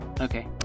Okay